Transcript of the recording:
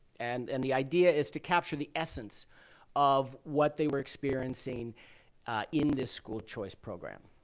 and and the idea is to capture the essence of what they were experiencing in this school choice program.